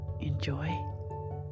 enjoy